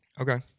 Okay